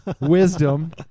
wisdom